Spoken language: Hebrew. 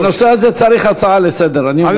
לנושא הזה צריך הצעה לסדר-היום,